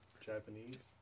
Japanese